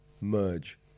merge